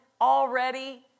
already